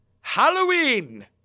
Halloween